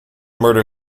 murder